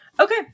Okay